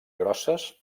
grosses